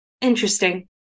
interesting